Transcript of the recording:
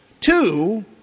Two